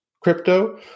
crypto